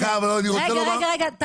דקה, אבל אני רוצה לומר -- רגע, רגע, תעצרו,